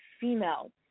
female